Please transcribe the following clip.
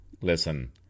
Listen